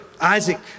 Isaac